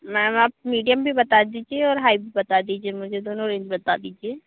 ma'am आप medium भी बता दीजिए और हाई भी बता दीजिए मुझे दोनों रेंज बता दीजिए